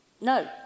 No